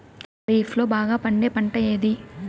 ఖరీఫ్ లో బాగా పండే పంట ఏది?